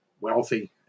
wealthy